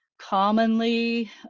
commonly